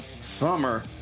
summer